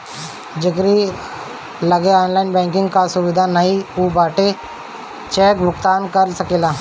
जेकरी लगे online banking कअ सुविधा नाइ बाटे उ चेक से भुगतान कअ सकेला